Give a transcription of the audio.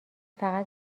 فقط